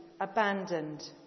abandoned